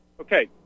Okay